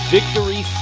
Victory